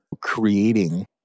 creating